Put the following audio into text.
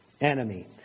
enemy